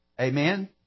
Amen